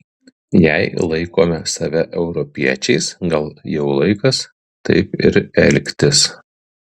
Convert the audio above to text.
jei laikome save europiečiais gal jau laikas taip ir elgtis